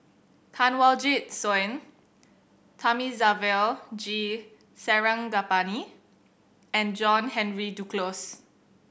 Kanwaljit Soin Thamizhavel G Sarangapani and John Henry Duclos